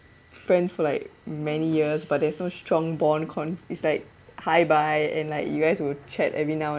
friends for like many years but there's no strong bond con~ it's like hi bye and like you guys will chat every now and